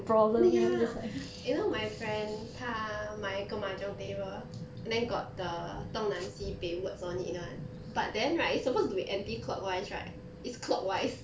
ya you know my friend 他买一个 mahjong table then got the 东南西北 words on it [one] but then right it's supposed to be anticlockwise right it's clockwise